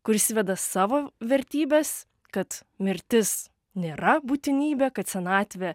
kuris įveda savo vertybes kad mirtis nėra būtinybė kad senatvė